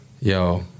Yo